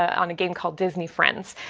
on a game called disney friends.